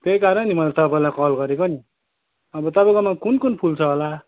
त्यही कारण नि मैले तपाईँलाई कल गरेको नि अब तपाईँकोमा कुन कुन फुल छ होला